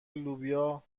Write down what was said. لوبیا